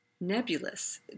nebulous